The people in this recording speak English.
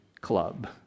Club